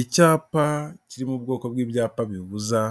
Icyapa kiri mu bwoko bw'ibyapa bibuza,